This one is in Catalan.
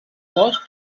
cos